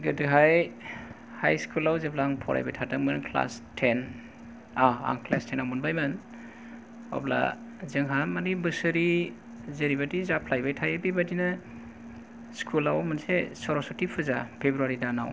गोदोहाय हाय'स्कुलाव जेब्ला आं फरायबाय थादोंमोन क्लास' थेन' आ आं क्लास' थेन' आव मोनबाय मोन अब्ला जोंहा मानि बोसोरारि जेरैबादि जाफ्लेबाय थायो बेबादिनो स्कुलाव मोनसे सरसथि फुजा फेब्रुवारि दानाव